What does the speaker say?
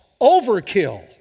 overkill